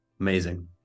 Amazing